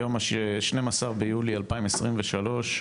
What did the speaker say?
היום ה-12 ביולי 2023,